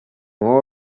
all